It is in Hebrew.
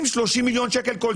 30-20 מיליון שקלים כל שנה.